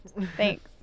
Thanks